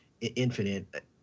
Infinite